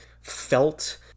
felt